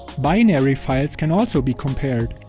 binary files can also be compared.